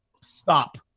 stop